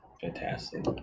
fantastic